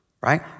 right